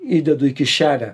įdedu į kišenę